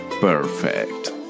Perfect